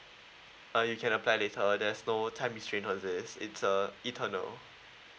uh you can apply later there's no time restrain on this it's uh eternal